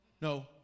no